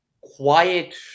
quiet –